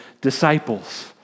disciples